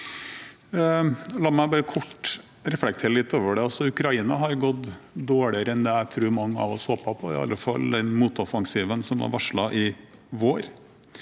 Ukraina har gått dårligere enn det jeg tror mange av oss håpet på, i alle fall den motoffensiven som var varslet i vår.